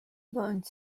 bądź